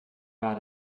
war